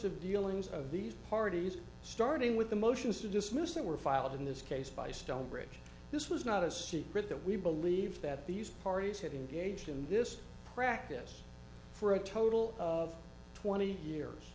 of dealings of these parties starting with the motions to dismiss that were filed in this case by stonebridge this was not a secret that we believe that these parties had engaged in this practice for a total of twenty years